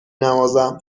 نوازم